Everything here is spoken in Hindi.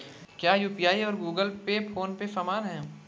क्या यू.पी.आई और गूगल पे फोन पे समान हैं?